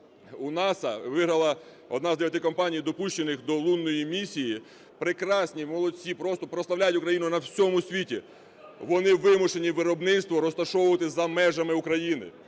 у NASA, виграла, одна з дев'яти компаній, допущених до лунної місії, – прекрасні, молодці, просто прославляють Україну у всьому світі, вони вимушені виробництво розташовувати за межами України.